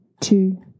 Two